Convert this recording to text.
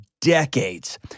decades